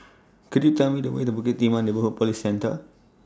Could YOU Tell Me The Way to Bukit Timah Neighbourhood Police Centre